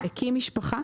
הקים משפחה.